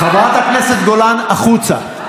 חברת הכנסת גולן, החוצה.